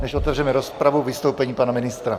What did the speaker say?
Než otevřeme rozpravu, vystoupení pana ministra.